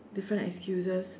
different excuses